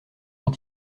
deux